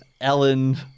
Ellen